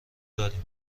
داریم